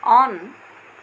on